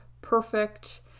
perfect